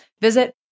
Visit